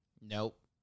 Nope